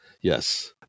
Yes